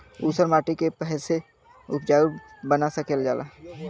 ऊसर माटी के फैसे उपजाऊ बना सकेला जा?